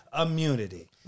immunity